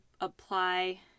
apply